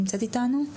נמצאת איתנו?